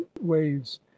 waves